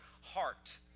heart